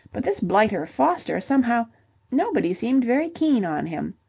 but this blighter foster somehow nobody seemed very keen on him.